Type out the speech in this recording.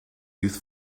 youth